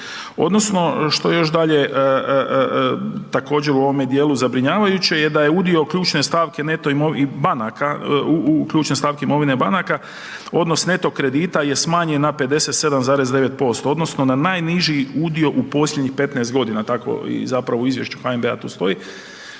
odnosno što još dalje također u ovome dijelu zabrinjavajuće je da je udio ključne stavke neto banaka, ključne stavke imovine banaka odnos neto kredita je smanjen na 57,9% odnosno na najniži udio u posljednjih 15.g., tako i zapravo u izvješću HNB-a to stoji,